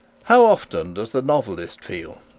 how often does the novelist feel,